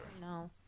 No